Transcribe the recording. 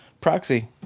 Proxy